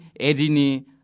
edini